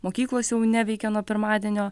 mokyklos jau neveikia nuo pirmadienio